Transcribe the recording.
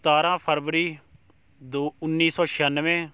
ਸਤਾਰ੍ਹਾਂ ਫਰਵਰੀ ਦੋ ਉੱਨੀ ਸੌ ਛਿਆਨਵੇਂ